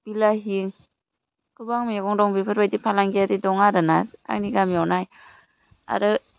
बिलाहि गोबां मेगं दं बेफोर बायदि फालांगियारि दं आरो ना आंनि गामियाव नाय आरो